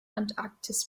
antarktis